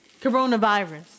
coronavirus